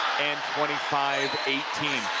and twenty five eighteen.